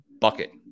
Bucket